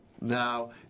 Now